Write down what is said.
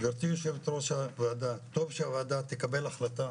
גברתי היושבת ראש של הועדה טוב שהועדה תקבל החלטה